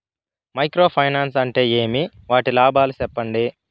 Micro finance అంటే ఏమి? వాటి లాభాలు సెప్పండి?